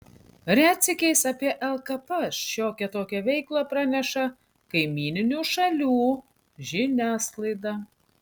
retsykiais apie lkp šiokią tokią veiklą praneša kaimyninių šalių žiniasklaida